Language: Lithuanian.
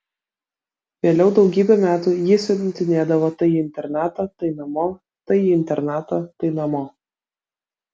vėliau daugybę metų jį siuntinėdavo tai į internatą tai namo tai į internatą tai namo